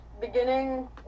beginning